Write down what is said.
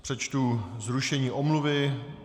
Přečtu zrušení omluvy.